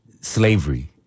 slavery